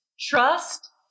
trust